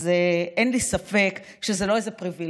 אז אין לי ספק שזה לא איזו פריבילגיה,